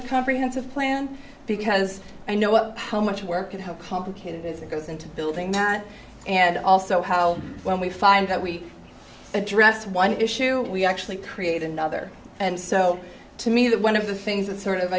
the comprehensive plan because i know well how much work how complicated is it goes into building and also how when we find that we address one issue we actually create another and so to me that one of the things that sort of